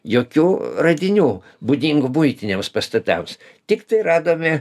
jokių radinių būdingų buitiniams pastatams tiktai radome